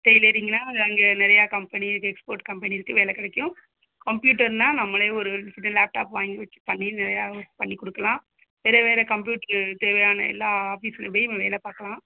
டெய்லரிங்னால் அங்கே நிறையா company export company இருக்குது வேலை கிடைக்கும் கம்ப்யூட்டர்னால் நம்மளே ஒரு புது லேப்டாப் வாங்கி வச்சு பண்ணி நிறையா ஒர்க் பண்ணிக் கொடுக்குலாம் வேறு வேறு கம்ப்யூட்ரு தேவையான எல்லாம் ஆஃபீஸ்லையுமே வேலை பார்க்கலாம்